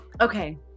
Okay